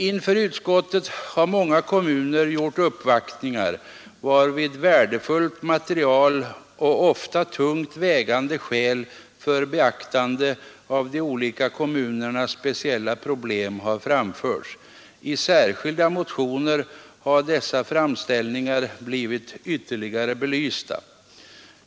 Inför utskottet har många kommuner gjort uppvaktningar varvid värdefullt material och ofta tungt vägande skäl för beaktande av de olika kommunernas speciella problem har framförts. I särskilda motioner har dessa framställningar blivit ytterligare belysta.